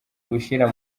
gushira